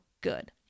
good